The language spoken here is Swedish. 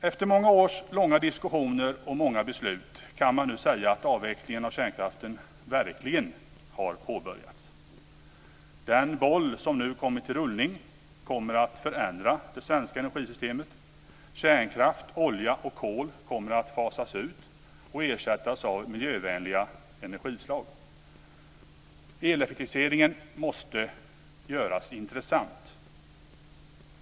Efter många års långa diskussioner och många beslut kan man nu säga att avvecklingen av kärnkraften verkligen har påbörjats. Den boll som nu kommit i rullning kommer att förändra det svenska energisystemet. Kärnkraft, olja och kol kommer att fasas ut och ersättas av miljövänliga energislag. Eleffektiviseringen måste göras intressant.